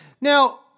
Now